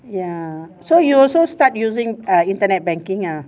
ya so you also start using err internet banking ah